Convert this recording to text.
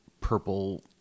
purple